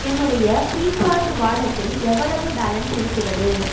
என்னுடைய ஃப்ரீசார்ஜ் வாலெட்டில் எவ்வளவு பேலன்ஸ் இருக்கிறது